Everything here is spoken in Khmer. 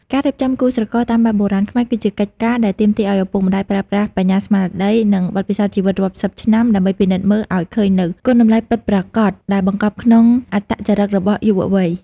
ការរៀបចំគូស្រករតាមបែបបុរាណខ្មែរ គឺជាកិច្ចការដែលទាមទារឱ្យឪពុកម្ដាយប្រើប្រាស់បញ្ញាស្មារតី និងបទពិសោធន៍ជីវិតរាប់សិបឆ្នាំ ដើម្បីពិនិត្យមើលឱ្យឃើញនូវគុណតម្លៃពិតប្រាកដដែលបង្កប់ក្នុងអត្តចរិតរបស់យុវវ័យ។